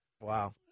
Wow